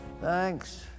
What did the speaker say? Thanks